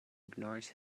ignores